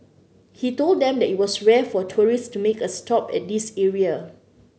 he told them that it was rare for tourists to make a stop at this area